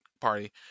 party